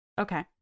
Okay